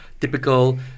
typical